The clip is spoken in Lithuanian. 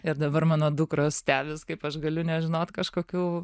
ir dabar mano dukros stebis kaip aš galiu nežinot kažkokių